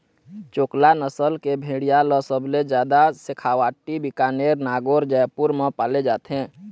चोकला नसल के भेड़िया ल सबले जादा सेखावाटी, बीकानेर, नागौर, जयपुर म पाले जाथे